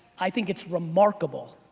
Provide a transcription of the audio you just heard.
i think it's remarkable.